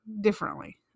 differently